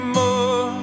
more